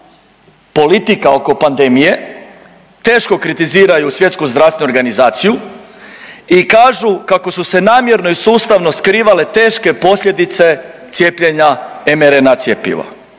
politika oko pandemije, teško kritiziraju Svjetsku zdravstvenu organizaciju i kažu kako su se namjerno i sustavno skrivale teške posljedice MRNA cjepiva.